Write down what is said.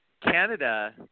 Canada